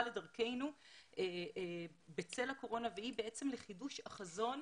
בדרכנו בצל הקורונה והיא בעצם חידוש החזון,